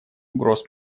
угроз